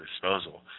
disposal